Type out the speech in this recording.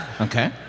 Okay